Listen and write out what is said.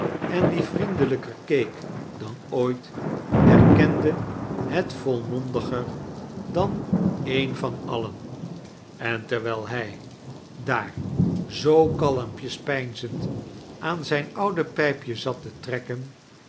en die vriend lijker keek dan ooit erkende het volmondiger dan een van alien en terwijl hij daar zoo kalmpjes pedneend aan zijn oude pijpje zat te trekkem